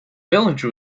village